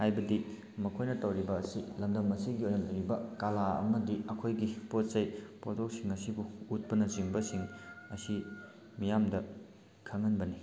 ꯍꯥꯏꯕꯗꯤ ꯃꯈꯣꯏꯅ ꯇꯧꯔꯤꯕ ꯑꯁꯤ ꯂꯝꯗꯝ ꯑꯁꯤꯒꯤ ꯑꯣꯏꯅ ꯂꯩꯔꯤꯕ ꯀꯂꯥ ꯑꯃꯗꯤ ꯑꯩꯈꯣꯏꯒꯤ ꯄꯣꯠꯆꯩ ꯄꯣꯊꯣꯛꯁꯤꯡ ꯑꯁꯤꯕꯨ ꯎꯠꯄꯅ ꯆꯤꯡꯕꯁꯤꯡ ꯑꯁꯤ ꯃꯤꯌꯥꯝꯗ ꯈꯪꯍꯟꯕꯅꯤ